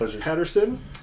Patterson